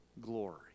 glory